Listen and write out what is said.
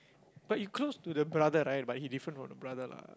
but you close to the brother right but he different from the brother lah